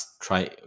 try